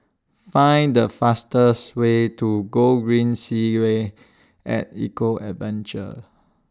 Find The fastest Way to Gogreen Segway At Eco Adventure